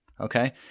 okay